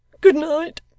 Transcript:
Good-night